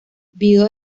viudo